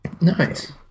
Nice